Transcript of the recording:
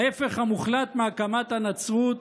ההפך המוחלט מהקמת הנצרות,